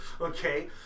Okay